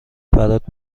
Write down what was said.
برات